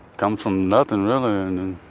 comes from nothing really.